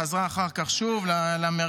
חזרה אחר כך שוב למרכז.